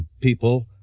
people